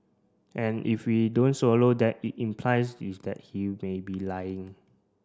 and if we don't swallow that it implies is that he may be lying